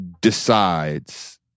decides